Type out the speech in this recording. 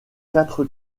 quatre